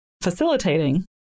facilitating